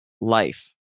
life